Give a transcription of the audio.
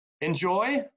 enjoy